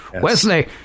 Wesley